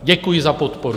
Děkuji za podporu.